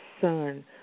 son